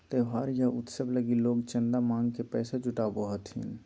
त्योहार या उत्सव लगी लोग चंदा मांग के पैसा जुटावो हथिन